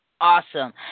Awesome